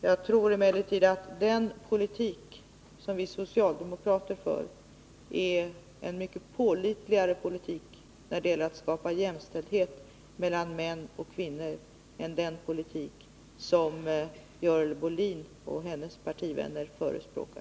Jag tror emellertid att den politik som vi socialdemokrater för är en mycket pålitligare politik när det gäller att skapa jämställdhet mellan män och kvinnor än den politik som Görel Bohlin och hennes partivänner förespråkar.